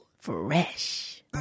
Fresh